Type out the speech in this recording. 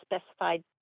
specified